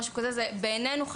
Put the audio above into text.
בעינינו,